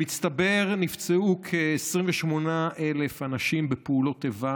במצטבר נפצעו כ-28,000 אנשים בפעולות איבה,